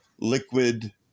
liquid